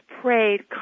prayed